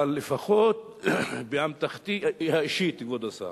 אבל לפחות באמתחתי האישית, כבוד השר,